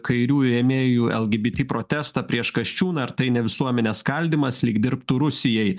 kairiųjų rėmėjų lgbt protestą prieš kasčiūną ir tai ne visuomenės skaldymas lyg dirbtų rusijai